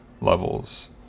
levels